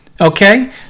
okay